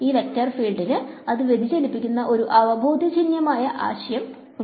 ഈ വെക്റ്റർ ഫീൽഡിന് അത് വ്യതിചലിക്കുന്ന ഒരു അവബോധജന്യമായ ആശയം ഉണ്ട്